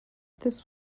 this